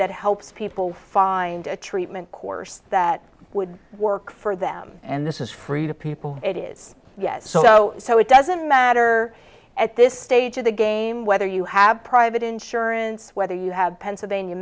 that helps people find a treatment course that would work for them and this is free to people it is yes so so it doesn't matter at this stage of the game whether you have private insurance whether you have pennsylvania